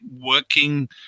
working